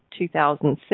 2006